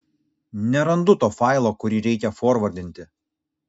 nerandu to failo kurį reikia forvardinti